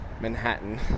Manhattan